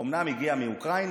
אומנם הוא הגיע מאוקראינה,